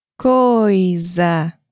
Coisa